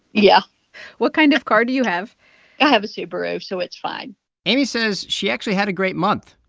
yeah what kind of car do you have? i have a subaru, so it's fine amy says she actually had a great month.